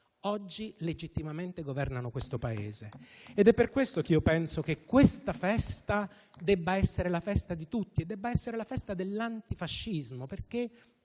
oggi legittimamente governano questo Paese. È per questo che penso che questa debba essere la festa di tutti, che debba essere la festa dell'antifascismo, perché